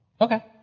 okay